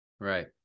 Right